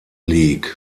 league